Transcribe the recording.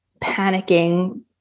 panicking